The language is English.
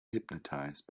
hypnotized